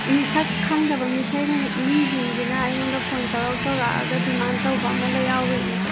ꯃꯤꯁꯛ ꯈꯪꯗꯕ ꯃꯤꯁꯤꯡ ꯃꯤꯁꯤꯡꯁꯤꯅ ꯑꯩꯉꯣꯟꯗ ꯐꯣꯟ ꯇꯧꯔꯛ ꯇꯧꯔꯛ ꯑꯒ ꯗꯤꯃꯥꯟꯗ ꯇꯧꯕ ꯑꯃ ꯌꯥꯎꯔꯤꯌꯦ